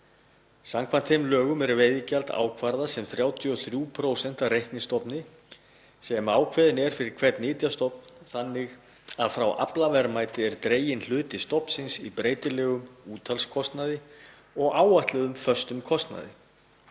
Samkvæmt þeim lögum er veiðigjald ákvarðað sem 33% af reiknistofni sem ákveðinn er fyrir hvern nytjastofn þannig að frá aflaverðmæti er dreginn hluti stofnsins í breytilegum úthaldskostnaði og áætluðum föstum kostnaði.